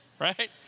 right